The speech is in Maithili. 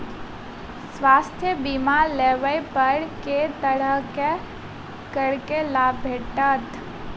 स्वास्थ्य बीमा लेबा पर केँ तरहक करके लाभ भेटत?